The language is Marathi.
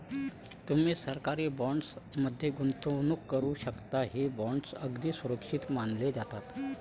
तुम्ही सरकारी बॉण्ड्स मध्ये गुंतवणूक करू शकता, हे बॉण्ड्स अगदी सुरक्षित मानले जातात